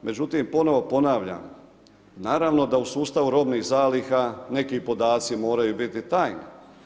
Međutim, ponovno ponavljam, naravno da u sustavu robnih zaliha, neki podaci moraju biti tajni.